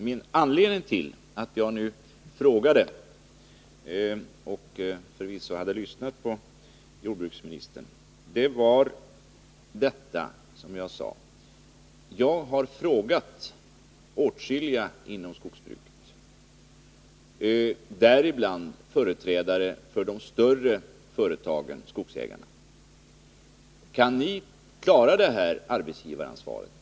Herr talman! Förvisso lyssnade jag till jordbruksministern. Anledningen till att jag frågade om arbetsgivaransvaret är att jag tidigare ställt frågan till åtskilliga inom skogsbruket, däribland företrädare för de större skogsägarföretagen: Kan ni klara detta arbetsgivaransvar?